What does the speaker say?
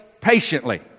patiently